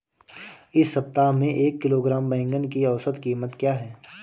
इस सप्ताह में एक किलोग्राम बैंगन की औसत क़ीमत क्या है?